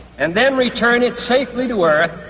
and then return it safely to earth.